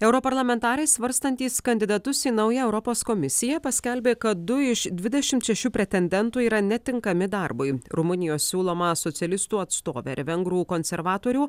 europarlamentarai svarstantys kandidatus į naują europos komisija paskelbė kad du iš dvidešimt šešių pretendentų yra netinkami darbui rumunijos siūlomą socialistų atstovę ir vengrų konservatorių